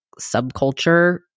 subculture